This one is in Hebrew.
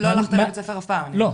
לא הלכת לבית ספר אף פעם, אני מבינה.